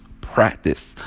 practice